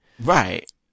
Right